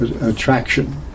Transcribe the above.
attraction